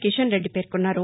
కిషన్ రెడ్డి పేర్కొన్నారు